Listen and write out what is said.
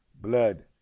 blood